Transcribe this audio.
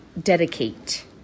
dedicate